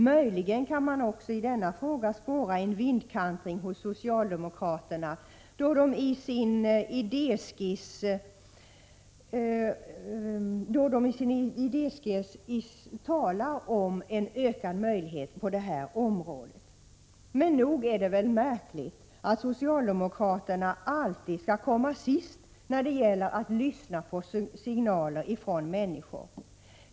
Möjligen kan man också i denna fråga spåra en vindkantring hos socialdemokraterna, då de i sin idéskiss talar om en ökad möjlighet på det här området. Men nog är det märkligt att socialdemokraterna alltid skall komma sist när det gäller att lyssna på signaler från människor.